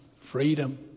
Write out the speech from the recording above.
freedom